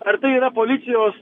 ar tai yra policijos